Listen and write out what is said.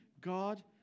God